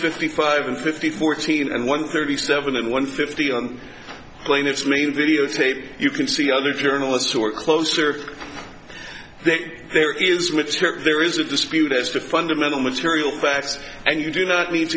fifty five and fifty fourteen and one thirty seven and one fifty on plaintiff's main video tape you can see other journalists who are closer then there is with her there is a dispute as to fundamental material facts and you do not